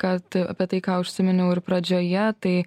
kad apie tai ką užsiminiau ir pradžioje tai